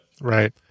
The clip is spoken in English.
Right